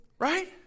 Right